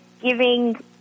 giving